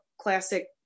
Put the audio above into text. classic